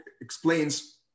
explains